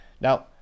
Now